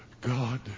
God